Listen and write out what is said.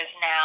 now